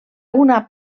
una